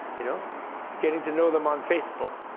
you know getting to know them on facebook.